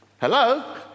Hello